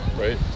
right